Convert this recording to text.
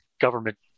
government